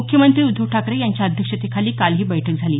मुख्यमंत्री उद्धव ठाकरे यांच्या अध्यक्षतेखाली काल ही बैठक झाली